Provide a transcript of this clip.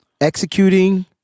executing